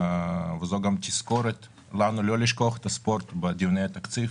זו תזכורת לנו לא לשכוח את הספורט בדיוני התקציב,